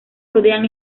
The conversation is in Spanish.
rodean